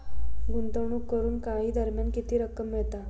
गुंतवणूक करून काही दरम्यान किती रक्कम मिळता?